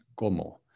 ¿Cómo